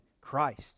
Christ